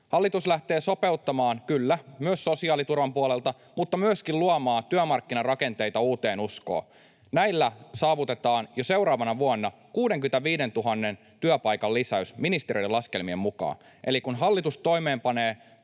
Hallitus lähtee sopeuttamaan, kyllä, myös sosiaaliturvan puolelta, mutta myöskin luomaan työmarkkinarakenteita uuteen uskoon. Näillä saavutetaan jo seuraavana vuonna 65 000 työpaikan lisäys ministeriöiden laskelmien mukaan. Eli kun hallitus toimeenpanee